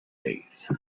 faith